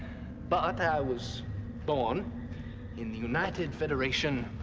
but i was born in the united federation